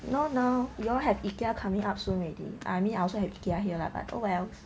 no no you all have Ikea coming up soon already I mean I also have Ikea here lah but oh wells